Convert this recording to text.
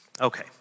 Okay